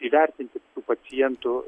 įvertinti pacientų